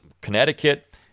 Connecticut